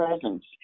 presence